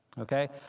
Okay